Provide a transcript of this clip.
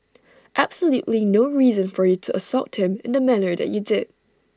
absolutely no reason for you to assault him in the manner that you did